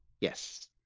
Yes